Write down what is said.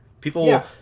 People